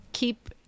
Keep